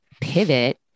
pivot